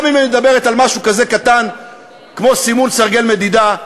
גם אם היא מדברת על משהו כזה קטן כמו סימון סרגל מדידה.